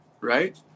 right